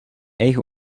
eigen